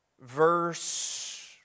verse